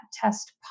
test